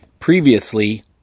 Previously